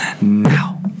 now